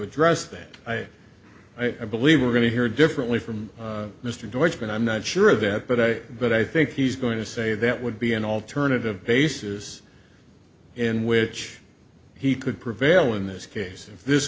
address that i believe we're going to hear differently from mr george but i'm not sure of that but i but i think he's going to say that would be an alternative basis in which he could prevail in this case if this